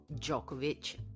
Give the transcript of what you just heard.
Djokovic